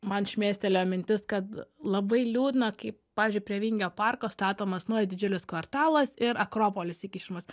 man šmėstelėjo mintis kad labai liūdna kai pavyzdžiui prie vingio parko statomas naujas didžiulius kvartalas ir akropolis įkišamas